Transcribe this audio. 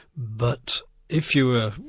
but if you were,